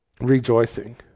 rejoicing